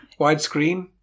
widescreen